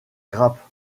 grappes